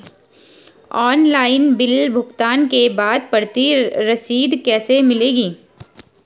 Online bill भुगतान के बाद प्रति रसीद कैसे मिलेगी?